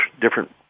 different